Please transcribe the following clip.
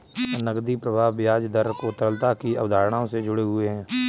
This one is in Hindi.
नकदी प्रवाह ब्याज दर और तरलता की अवधारणाओं से जुड़े हुए हैं